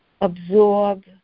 absorb